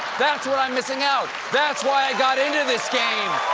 that's what i i'm mississippiingute. that's why i got into this game.